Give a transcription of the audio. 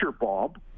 Bob